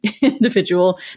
individual